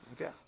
Okay